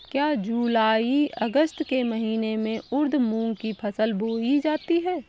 क्या जूलाई अगस्त के महीने में उर्द मूंग की फसल बोई जाती है?